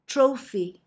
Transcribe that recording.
Trophy